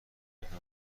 گرفتم